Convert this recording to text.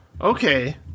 okay